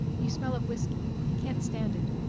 you smell of whiskey. i can't stand it.